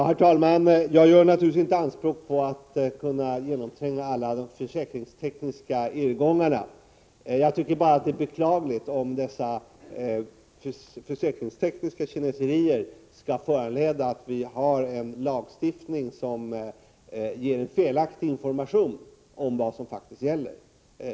Herr talman! Jag gör inte anspråk på att behärska alla de försäkringstekniska irrgångarna. Jag tycker bara att det är beklagligt om dessa försäkringstekniska kineserier skall leda till att lagstiftningen ger en felaktig information om vad som faktiskt gäller.